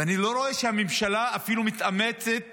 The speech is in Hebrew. ואני לא רואה שהממשלה אפילו מתאמצת